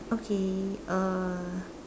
okay uh